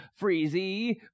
Freezy